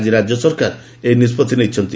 ଆଜି ରାଜ୍ୟ ସରକାର ଏହି ନିଷ୍ବଉି ନେଇଛନ୍ତି